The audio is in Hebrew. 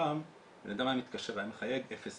פעם אדם היה מתקשר ומחיי 00